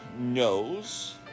knows